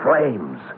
flames